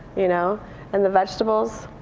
you know and the vegetables,